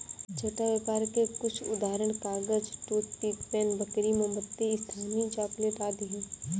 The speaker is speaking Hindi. छोटा व्यापर के कुछ उदाहरण कागज, टूथपिक, पेन, बेकरी, मोमबत्ती, स्थानीय चॉकलेट आदि हैं